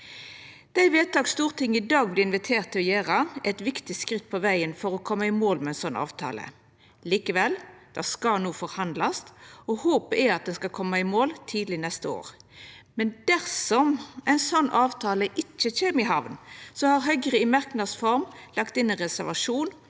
Dei vedtaka som Stortinget i dag vert inviterte til å fatta, er eit viktig skritt på vegen for å koma i mål med ein slik avtale. Likevel skal det forhandlast, og håpet er at ein skal koma i mål tidleg neste år. Men dersom ein slik avtale ikkje kjem i hamn, har Høgre i merknadsform lagt inn ein reservasjon